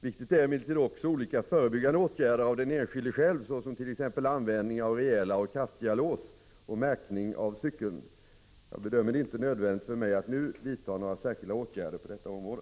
Viktigt är emellertid också olika förebyggande åtgärder av den enskilde själv, såsom användning av rejäla och kraftiga lås och märkning av cykeln. Jag bedömer det inte nödvändigt för mig att nu vidta några särskilda åtgärder på detta område.